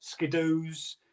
skidoos